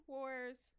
Wars